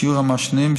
שיעור המעשנים,